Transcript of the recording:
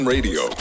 Radio